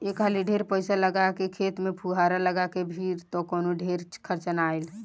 एक हाली ढेर पईसा लगा के खेत में फुहार लगा के फिर त कवनो ढेर खर्चा ना आई